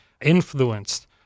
influenced